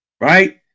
right